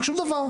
שום דבר.